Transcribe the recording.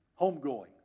homegoing